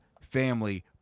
family